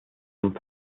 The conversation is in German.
zum